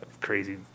crazy